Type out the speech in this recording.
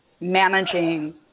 managing